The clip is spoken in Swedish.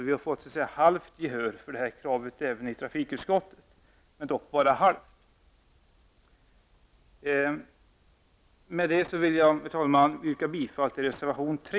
Vi har alltså fått ett halvt gehör för detta också från trafikutskottet, men dock bara halvt. Herr talman! Med detta vill jag yrka bifall till reservation 3.